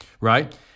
right